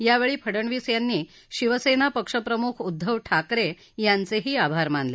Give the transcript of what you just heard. यावेळी फडणवीस यांनी शिवसेना पक्षप्रमुख उद्धव ठाकरे यांचेही आभार मानले